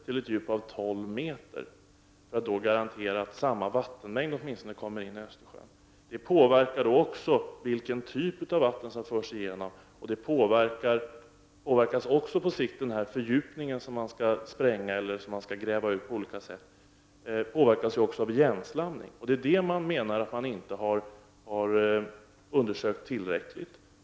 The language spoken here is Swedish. till ett djup av 12 m för att garantera att samma vattenmängd kommer in i Östersjön. Det påverkar vilken typ av vatten som förs igenom, och på sikt påverkas den fördjupning som skall sprängas eller grävas ut på olika sätt av igenslamning. Detta, hävdar man, har inte undersökts tillräckligt.